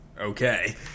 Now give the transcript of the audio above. Okay